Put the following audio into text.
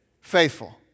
Faithful